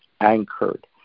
anchored